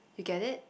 you get it